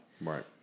Right